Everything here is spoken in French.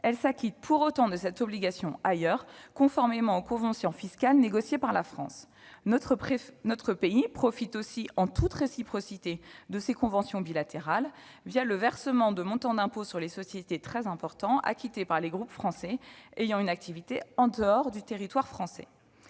elles s'acquittent pour autant de cette obligation ailleurs, conformément aux conventions fiscales négociées par la France. Mais oui. Notre pays profite aussi, en toute réciprocité, de ces conventions bilatérales, le versement de montants d'impôt sur les sociétés très importants acquittés par des groupes français ayant une activité en dehors du territoire français.